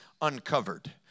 uncovered